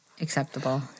acceptable